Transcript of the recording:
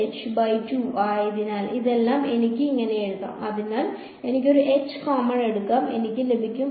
അതിനാൽ ഇതെല്ലാം എനിക്ക് ഇങ്ങനെ എഴുതാം അതിനാൽ എനിക്ക് ഒരു എച്ച് കോമൺ എടുക്കാം എനിക്ക് ലഭിക്കും